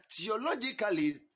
theologically